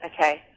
Okay